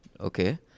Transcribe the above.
Okay